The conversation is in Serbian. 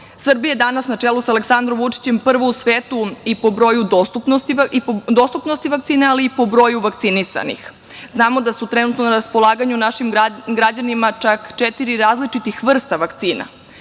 Goru. Srbija je danas na čelu sa Aleksandrom Vučićem prva u svetu i po dostupnosti vakcina, ali i po broju vakcinisanih. Znamo da su trenutno na raspolaganju našim građanima čak četiri različite vrste vakcina.